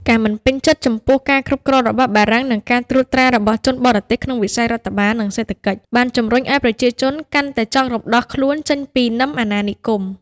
ការមិនពេញចិត្តចំពោះការគ្រប់គ្រងរបស់បារាំង និងការត្រួតត្រារបស់ជនបរទេសក្នុងវិស័យរដ្ឋបាល និងសេដ្ឋកិច្ច បានជំរុញឱ្យប្រជាជនកាន់តែចង់រំដោះខ្លួនចេញពីនឹមអាណានិគម។